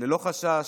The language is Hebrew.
ללא חשש.